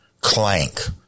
clank